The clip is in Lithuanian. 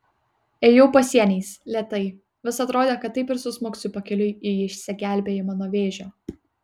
ėjau pasieniais lėtai vis atrodė kad taip ir susmuksiu pakeliui į išsigelbėjimą nuo vėžio